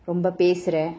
ரொம்ப பேசுற:romba pesura